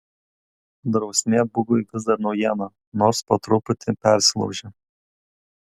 drausmė bugui vis dar naujiena nors po truputį persilaužia